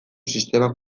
sistemak